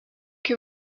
que